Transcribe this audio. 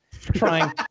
trying